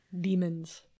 Demons